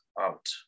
out